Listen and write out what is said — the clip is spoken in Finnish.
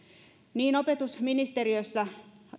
niin opetusministeriössä